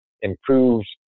improved